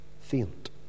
faint